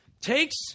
takes